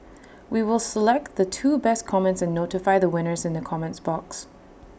we will select the two best comments and notify the winners in the comments box